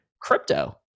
crypto